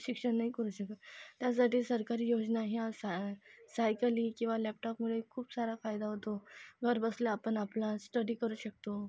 शिक्षण नाही करू शकत त्यासाठी सरकारी योजना ह्या असा सायकली किंवा लॅपटॉपमुळे खूप सारा फायदा होतो घरबसल्या आपण आपला स्टडी करू शकतो